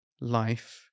life